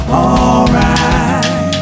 alright